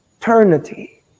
eternity